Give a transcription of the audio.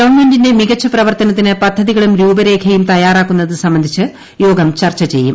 ഗവൺമെന്റിന്റെ മികച്ച പ്രവർത്തനത്തിന് പദ്ധതികളും രൂപരേഖയും തയ്യാറാക്കുന്നത് സംബന്ധിച്ച് യോഗം ചർച്ച ചെയ്യും